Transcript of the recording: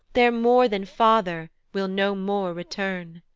their more than father will no more return.